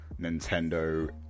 Nintendo